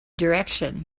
direction